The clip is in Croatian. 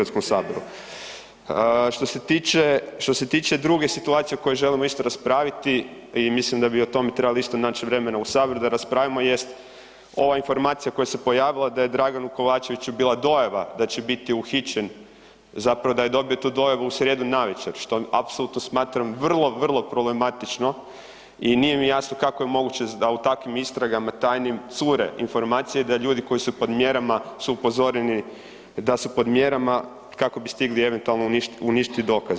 Što se tiče, što se tiče druge situacije o kojoj želimo isto raspraviti i mislim da bi o tome trebali isto nać vremena u sabor da raspravimo jest ova informacija koja se pojavila da je Draganu Kovačeviću bila dojava da će biti uhićen, zapravo da je dobio tu dojavu u srijedu navečer što apsolutno smatram vrlo, vrlo problematično i nije mi jasno kako je moguće da u takvim istragama tajnim cure informacije da ljudi koji su pod mjerama su upozoreni da su pod mjerama kako bi stigli eventualno uništiti dokaze.